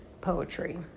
Poetry